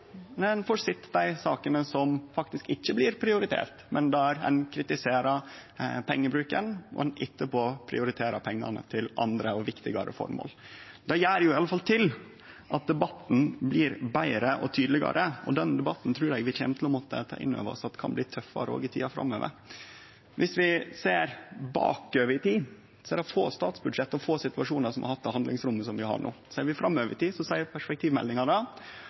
ein får sett dei sakene som faktisk ikkje blir prioriterte, men der ein kritiserer pengebruken og etterpå prioriterer pengane til andre og viktigare føremål. Det gjer i alle fall at debatten blir betre og tydelegare, og denne debatten trur eg vi kjem til å måtte teke inn over oss at kan bli tøffare også i tida framover. Viss vi ser bakover i tid, er det få statsbudsjett og få situasjonar som har hatt det handlingsrommet som vi har no. Ser vi framover i tid, seier perspektivmeldinga at det